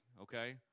okay